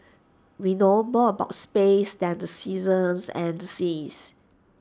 we know more about space than the seasons and the seas